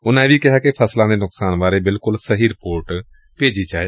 ਉਨੂਾ ਇਹ ਵੀ ਕਿਹਾ ਕਿ ਫਸਲਾਂ ਦੇ ਨੁਕਸਾਨ ਬਾਰੇ ਬਿਲਕੁਲ ਸਹੀ ਰਿਪੋਰਟ ਭੇਜੀ ਜਾਏ